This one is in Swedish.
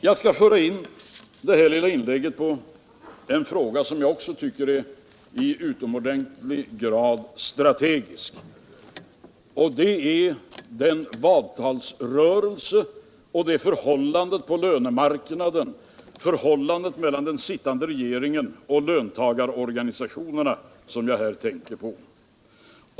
Jag skall föra in det här lilla inlägget på en fråga som jag också tycker är i utomordentlig grad strategisk. Det är avtalsrörelsen och förhållandet mellan den sittande regeringen och löntagarorganisationerna jag tänker på.